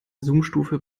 zoomstufe